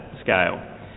scale